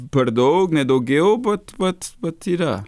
per daug ne daugiau vat vat vat yra